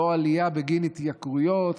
לא עלייה בגין התייקרויות,